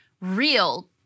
real